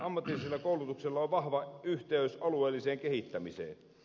ammatillisella koulutuksella on vahva yhteys alueelliseen kehittämiseen